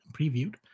previewed